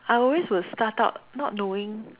I always will start out not knowing